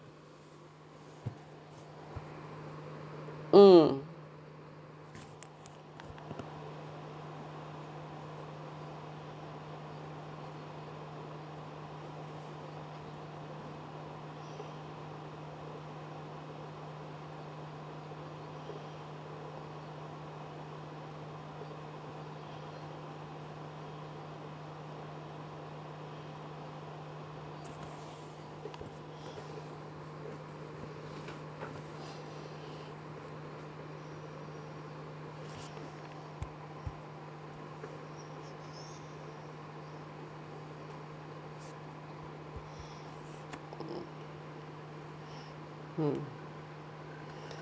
mm mm